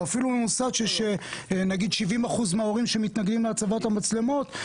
או מוסדות ש-70% מההורים מתנגדים להצבת המצלמות.